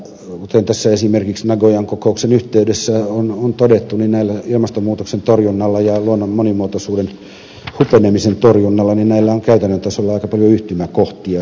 kuten esimerkiksi nagoyan kokouksen yhteydessä on todettu ilmastonmuutoksen torjunnalla ja luonnon monimuotoisuuden hupenemisen torjunnalla on käytännön tasolla aika paljon yhtymäkohtiakin